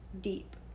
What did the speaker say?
deep